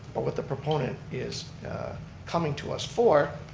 but what the proponent is coming to us for,